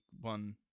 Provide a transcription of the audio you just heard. one